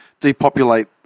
depopulate